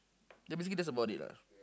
ya basically that's about it lah